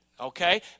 Okay